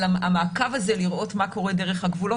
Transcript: אבל המעקב הזה לראות מה קורה דרך הגבולות